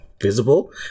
visible